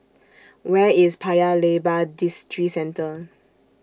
Where IS Paya Lebar Districentre